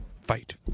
Fight